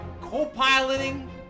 co-piloting